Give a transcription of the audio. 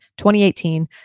2018